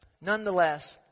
nonetheless